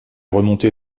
remonter